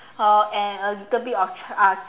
uh and a little bit of ch~ uh